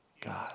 God